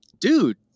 dude